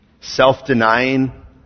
self-denying